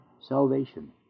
salvation